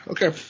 Okay